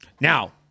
now